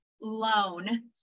loan